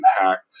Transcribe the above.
impact